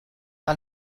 que